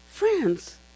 friends